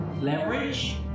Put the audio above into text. Leverage